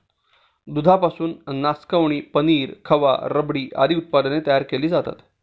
दुधापासून नासकवणी, पनीर, खवा, रबडी आदी उत्पादने तयार केली जातात